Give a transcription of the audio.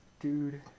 Dude